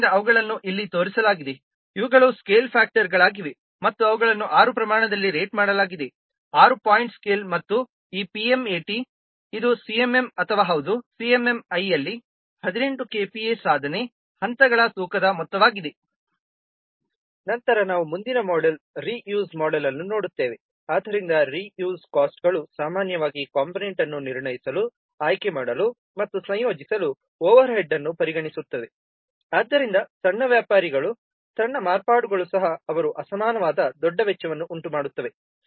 ಆದ್ದರಿಂದ ಅವುಗಳನ್ನು ಇಲ್ಲಿ ತೋರಿಸಲಾಗಿದೆ ಇವುಗಳು ಸ್ಕೇಲ್ ಫ್ಯಾಕ್ಟರ್ಗಳಾಗಿವೆ ಮತ್ತು ಅವುಗಳನ್ನು 6 ಪ್ರಮಾಣದಲ್ಲಿ ರೇಟ್ ಮಾಡಲಾಗಿದೆ 6 ಪಾಯಿಂಟ್ ಸ್ಕೇಲ್ ಮತ್ತು ಈ PMAT ಇದು CMM ಅಥವಾ ಹೌದು CMMI ಯಲ್ಲಿ 18 KPA ಸಾಧನೆ ಹಂತಗಳ ತೂಕದ ಮೊತ್ತವಾಗಿದೆ